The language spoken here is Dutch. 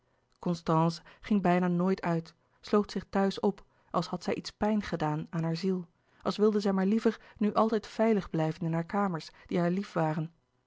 constance ging bijna nooit uit sloot zich thuis op als had zij iets pijn gedaan aan haar ziel als wilde zij maar liever nu altijd veilig blijven in hare kamers die haar lief waren